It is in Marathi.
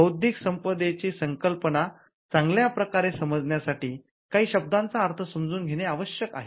बौद्धिक संपदेची संकल्पना चांगल्या प्रकारे समजण्यासाठी काही शब्दांचा अर्थ समजून घेणे आवश्यक आहे